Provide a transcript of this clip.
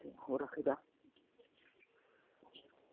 हराखै दा